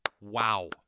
Wow